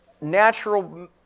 natural